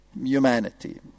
humanity